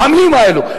במלים האלו,